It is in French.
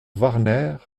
warner